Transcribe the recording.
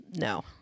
No